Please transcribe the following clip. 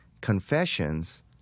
confessions